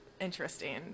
interesting